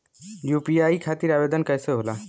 UPI खातिर आवेदन कैसे होला?